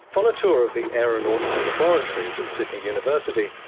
on a tour of the aeronautical laboratories at sydney university,